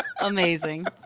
Amazing